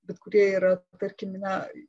bet kurie yra tarkim na